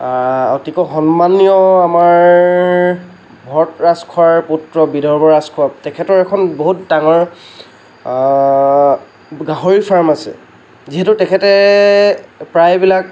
অতিকৈ সন্মানীয় আমাৰ ভৰত ৰাজখোৱাৰ পুত্ৰ বিধৰ্ব ৰাজখোৱা তেখেতৰ এখন খুব ডাঙৰ গাহৰি ফাৰ্ম আছে যিহেতু তেখতে প্ৰায়বিলাক